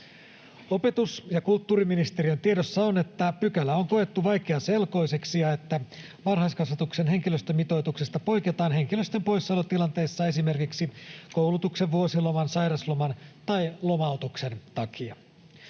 Opetus‑ ja kulttuuriministeriön tiedossa on, että pykälä on koettu vaikeaselkoiseksi ja että varhaiskasvatuksen henkilöstömitoituksesta poiketaan henkilöstön poissaolotilanteessa esimerkiksi koulutuksen, vuosiloman, sairausloman tai lomautuksen takia.